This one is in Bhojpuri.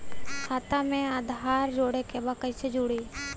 खाता में आधार जोड़े के बा कैसे जुड़ी?